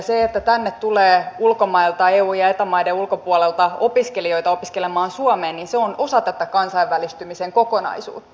se että tänne tulee ulkomailta eu ja eta maiden ulkopuolelta opiskelijoita opiskelemaan suomeen on osa tätä kansainvälistymisen kokonaisuutta